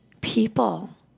people